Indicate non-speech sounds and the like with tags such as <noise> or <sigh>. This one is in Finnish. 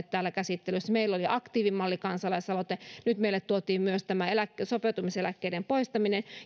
<unintelligible> täällä käsittelyssä meillä oli aktiivimalli kansalaisaloite nyt meille tuotiin myös tämä sopeutumiseläkkeiden poistaminen